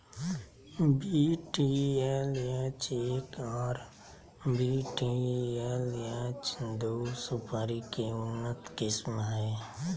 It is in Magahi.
वी.टी.एल.एच एक आर वी.टी.एल.एच दू सुपारी के उन्नत किस्म हय